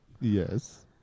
Yes